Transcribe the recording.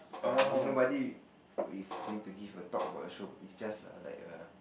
uh I mean nobody is going to give a talk about the show is just a like a